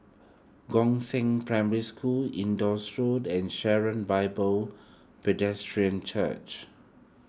Gongshang Primary School Indus Road and Sharon Bible Church